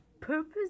purpose